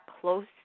close